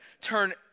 turn